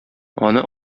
аны